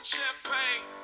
Champagne